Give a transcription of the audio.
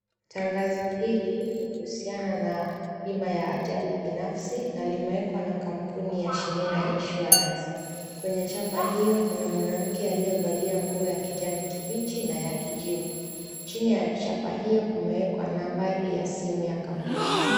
Tangazo hili linahusu bima ya ajali binafsi na limewekwa na kampuni ya Shimina Insurance. Kwenye chapa hiyo kuna mwanamke aliyevalia nguo za kijani kibichi na kijivu. Chini ya chapa hiyo, kumewekwa nambari ya simu ya kampuni.